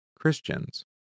Christians